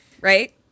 Right